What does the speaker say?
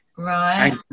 Right